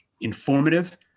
informative